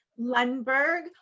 Lundberg